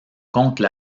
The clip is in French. contre